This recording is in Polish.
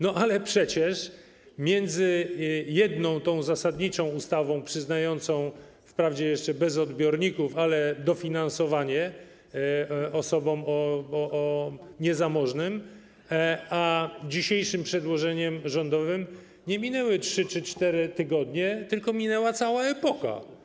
No ale przecież między jedną, tą zasadniczą ustawą, przyznającą, wprawdzie jeszcze bez odbiorników, dofinansowanie osobom niezamożnym a dzisiejszym przedłożeniem rządowym nie minęły 3 czy 4 tygodnie, tylko minęła cała epoka.